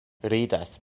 ridas